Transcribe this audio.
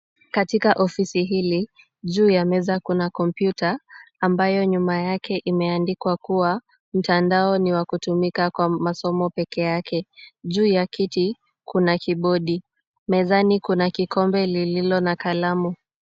Katika ofisi hili juu ya meza kuna kompyuta ambayo nyuma yake imeandikwa kuwa, mtandao ni wa kutumika kwa masomo pekee yake, juu ya kiti kuna kibodi, mezani kuna kikombe lililo na kalamu.